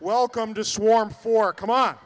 welcome to swarm for come on